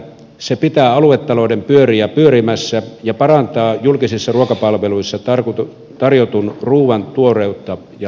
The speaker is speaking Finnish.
se pitää aluetalouden pyöriä pyörimässä ja parantaa julkisissa ruokapalveluissa tarjotun ruuan tuoreutta ja laatua